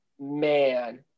man